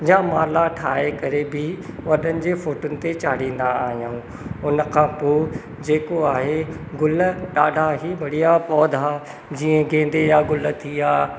जा माला ठाहे करे बि वॾनि जे फोटुनि ते चाढ़ींदा आहियूं उनखां पोइ जेको आहे गुल ॾाढा ई बढ़िया पौधा जीअं गेंदे या गुल थी विया